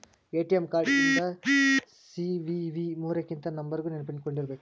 ATM card ಹಿಂದ್ CVV ಮೂರಂಕಿ ನಂಬರ್ನ ನೆನ್ಪಿಟ್ಕೊಂಡಿರ್ಬೇಕು